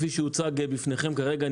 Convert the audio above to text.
כפי שהוצג בפניכם כרגע,